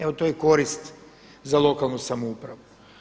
Evo, to je korist za lokalnu samoupravu.